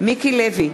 מיקי לוי,